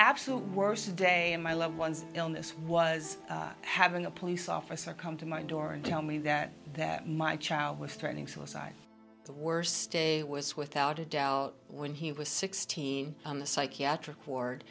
absolute worst day of my loved ones illness was having a police officer come to my door and tell me that that my child was threatening suicide the worst day was without a doubt when he was sixteen on the psychiatric